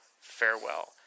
farewell